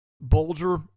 Bulger